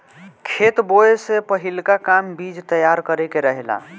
खेत बोए से पहिलका काम बीज तैयार करे के रहेला